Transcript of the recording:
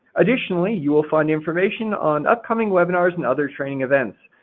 additionally, you'll find information on upcoming webinars and other training events.